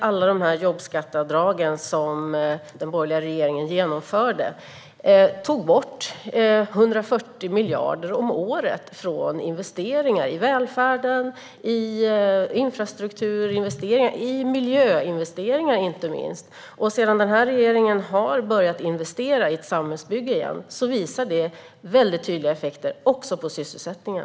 Alla de jobbskatteavdrag som den borgerliga regeringen genomförde tog bort 140 miljarder om året från investeringar i välfärden, från infrastrukturinvesteringar och inte minst från miljöinvesteringar. Sedan den nuvarande regeringen har börjat investera i ett samhällsbygge igen visar det väldigt tydliga effekter också på sysselsättningen.